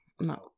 No